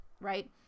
right